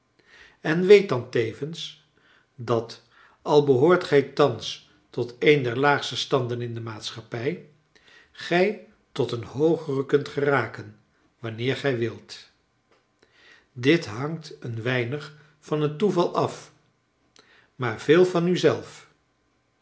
en weet dan tevens dat al behoort gij thans tot een der laagste standen in de maatschappij gij tot een hoogeren kunt geraken wanneer gij wilt dit hangt een weinig van het toeval af maar veel van u zelf